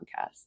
podcast